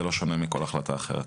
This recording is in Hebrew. זה לא שונה מכל החלטה אחרת.